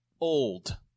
Old